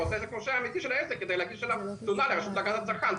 שם אמיתי של העסק כדי להגיש עליו תלונה לרשות להגנת הצרכן,